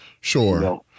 Sure